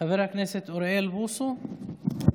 חבר הכנסת אוריאל בוסו, בבקשה.